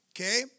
okay